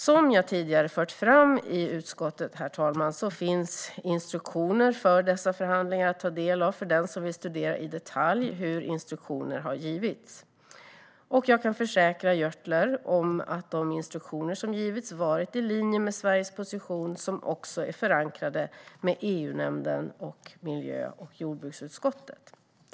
Som jag tidigare fört fram i utskottet finns instruktioner för dessa förhandlingar att ta del av för den som vill studera i detalj hur instruktioner har givits. Jag kan försäkra Jonas Jacobsson Gjörtler om att de instruktioner som givits varit i linje med Sveriges position, som också är förankrad i EU-nämnden och miljö och jordbruksutskottet.